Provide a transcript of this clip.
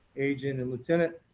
agent, and lieutenant,